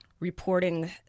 reporting